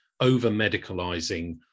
over-medicalizing